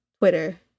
Twitter